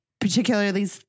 particularly